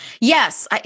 Yes